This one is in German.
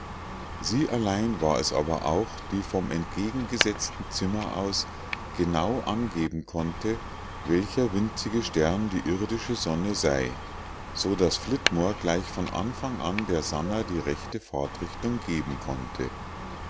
sie allein war es aber auch die vom entgegengesetzten zimmer aus genau angeben konnte welcher winzige stern die irdische sonne sei so daß flitmore gleich von anfang an der sannah die rechte fahrtrichtung geben konnte